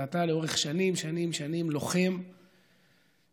ואתה לאורך שנים שנים שנים לוחם, עקשן,